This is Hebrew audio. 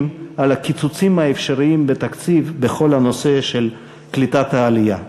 על הקיצוצים האפשריים בתקציב בכל הנושא של קליטת העלייה.